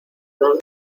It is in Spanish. raro